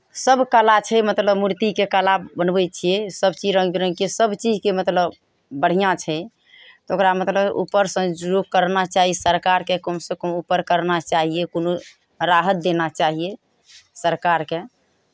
सभ कला छै मतलब मूर्तिके कला बनबै छियै सभचीज रङ्ग बिरङ्गके सभ चीजके मतलब बढ़िआँ छै तऽ ओकरा मतलब ऊपरसँ जो करना चाही सरकारकेँ कमसँ कम ऊपर करना चाहिए कोनो राहत देना चाहिए सरकारकेँ